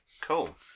Cool